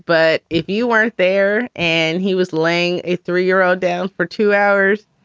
but if you weren't there and he was laying a three year old down for two hours,